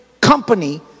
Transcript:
company